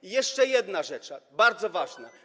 I jeszcze jedna rzecz, bardzo ważna.